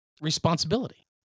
responsibility